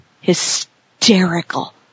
hysterical